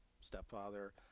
stepfather